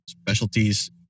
specialties